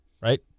right